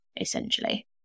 essentially